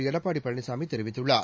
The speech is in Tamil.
எடப்பாடி பழனிசாமி தெரிவித்துள்ளார்